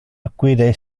acquire